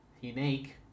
Unique